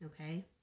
Okay